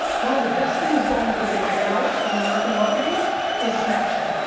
one of the best things going for me right now in american marketing is snapchat.